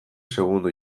segundo